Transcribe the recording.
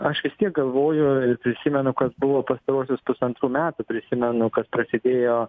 aš vis tiek galvoju ir prisimenu kas buvo pastaruosius pusantrų metų prisimenu kas prasidėjo